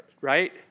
right